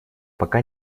пока